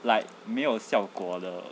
like 没有效果的